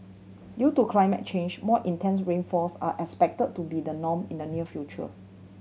due to climate change more intense rainfalls are expected to be the norm in the near future